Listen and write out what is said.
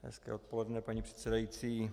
Hezké odpoledne, paní předsedající.